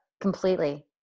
completely